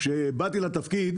כשבאתי לתפקיד,